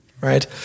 right